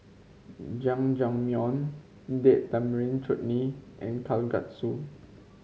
Jajangmyeon Date Tamarind Chutney and Kalguksu